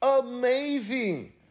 Amazing